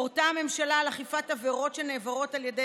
הורתה הממשלה על אכיפת עבירות שנעברות על ידי